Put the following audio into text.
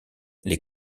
les